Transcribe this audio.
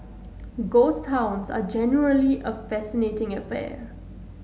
ghost towns are generally a fascinating affair